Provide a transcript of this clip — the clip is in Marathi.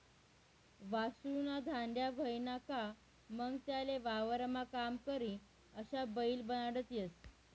वासरु ना धांड्या व्हयना का मंग त्याले वावरमा काम करी अशा बैल बनाडता येस